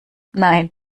nein